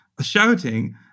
shouting